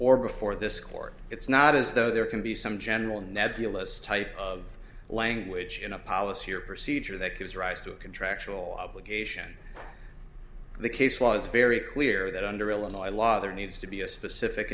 or before this court it's not as though there can be some general nebulous type of language in a policy or procedure that gives rise to a contractual obligation in the case law is very clear that under illinois law there needs to be a specific